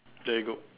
there you go